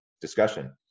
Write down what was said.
discussion